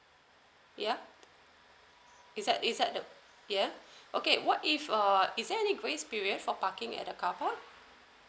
yup it's like it's like the yeah okay what if uh is there any grace period for parking at a car park